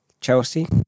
Chelsea